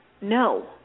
no